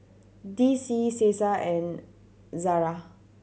D C Cesar and Zara